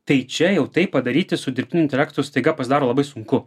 tai čia jau tai padaryti su dirbtiniu intelektu staiga pasidaro labai sunku